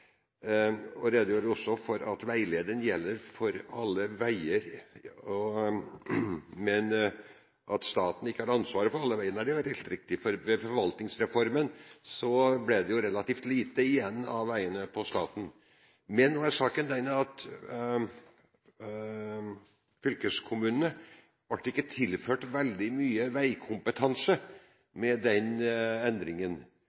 redegjorde også for at veilederen gjelder for alle veier, men at staten ikke har ansvaret for alle veiene. Det er helt riktig, for i forbindelse med forvaltningsreformen ble det relativt lite igjen av veier tilhørende staten. Men nå er saken den at fylkeskommunene ikke ble tilført så veldig mye veikompetanse med denne endringen,